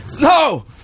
No